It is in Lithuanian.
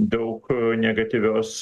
daug negatyvios